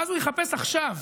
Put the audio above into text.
ואז הוא יחפש עכשיו